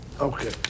Okay